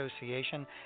association